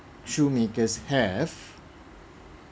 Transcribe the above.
shoemakers have